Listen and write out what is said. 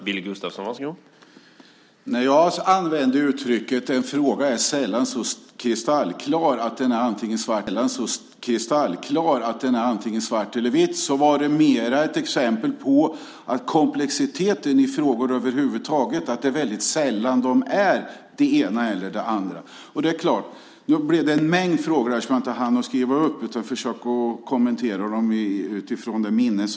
Herr talman! När jag sade att en fråga sällan är så kristallklar att den är antingen svart eller vit var det mer ett exempel på komplexiteten i frågor över huvud taget och att det sällan är det ena eller det andra. Jag fick en mängd frågor som jag inte hann skriva upp. Jag ska försöka kommentera dem ur minnet.